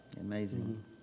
Amazing